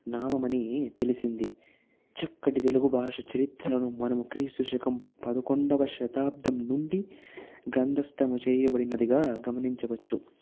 నామమని తెలిసింది చక్కటి తెలుగు భాష చరిత్రను మనం క్రీస్తు శకం పదకొండవ శతాబ్దం నుండి గ్రంథస్థం చేయబడినదిగా గమనించవచ్చు